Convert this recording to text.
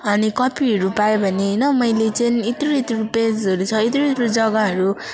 अनि कपीहरू पाएँ भने होइन मैले चाहिँ यत्रु यत्रु पेजहरू छ यत्रु यत्रु जग्गाहरू